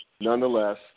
nonetheless